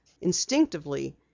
Instinctively